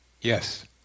Yes